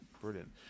brilliant